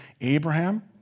Abraham